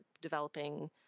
developing